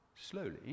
slowly